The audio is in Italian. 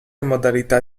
modalità